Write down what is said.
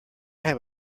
have